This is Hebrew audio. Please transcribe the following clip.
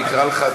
אני אקרא לך,